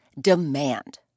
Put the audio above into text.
demand